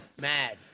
mad